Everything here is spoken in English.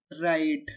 right